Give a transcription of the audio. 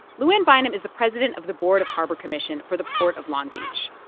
lou anne bynum is the president of the board of harbor commission for the port of long beach.